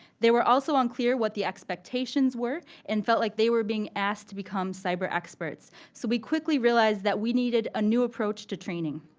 they were also unclear what the expectations were and felt like they were being asked to become cyber-experts. so, we quickly realized we needed a new approach to training.